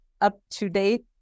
up-to-date